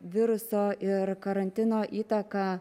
viruso ir karantino įtaką